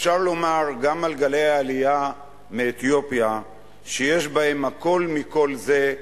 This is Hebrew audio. אפשר לומר גם על גלי העלייה מאתיופיה שיש בהם הכול מכל זה,